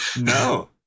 No